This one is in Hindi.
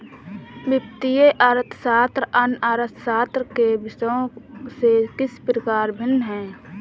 वित्तीय अर्थशास्त्र अन्य अर्थशास्त्र के विषयों से किस प्रकार भिन्न है?